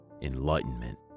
enlightenment